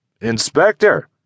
Inspector